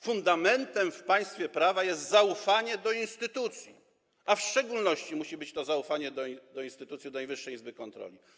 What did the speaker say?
Fundamentem w państwie prawa jest zaufanie do instytucji, a w szczególności musi być to zaufanie do Najwyższej Izby Kontroli.